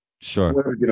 Sure